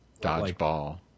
dodgeball